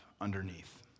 underneath